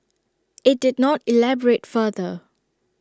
IT did not elaborate further